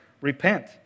Repent